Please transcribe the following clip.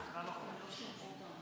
ירדנה, יש הצבעה בסוף?